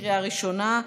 קריאה ראשונה,